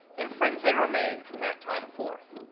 and friends they remained from that time forth.